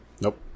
Nope